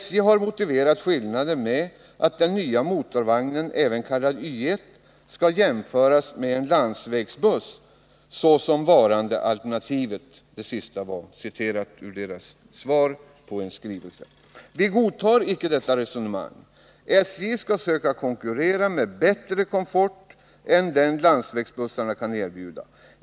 SJ har motiverat skillnaden med att den nya motorvagnen , även kallad Y 1, skall jämföras med en landsvägsbuss ”såsom varande alternativet” — detta sista citerar jag ur SJ:s svar på en skrivelse. Vi godtar icke detta resonemang. SJ skall söka konkurrera med bättre komfort än den landsvägsbussarna kan erbjuda.